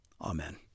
Amen